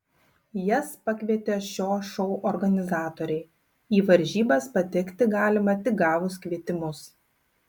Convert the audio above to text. jas pakvietė šio šou organizatoriai į varžybas patekti galima tik gavus kvietimus